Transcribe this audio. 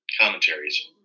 commentaries